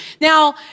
Now